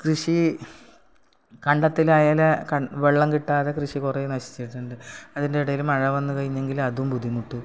കൃഷി കണ്ടത്തിലായാൽ കൺ വെള്ളം കിട്ടാതെ കൃഷി കുറേ നശിച്ചിട്ടുണ്ട് അതിൻ്റെ ഇടയിൽ മഴ വന്ന് കഴിഞ്ഞെങ്കിൽ അതും ബുദ്ധിമുട്ട്